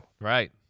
right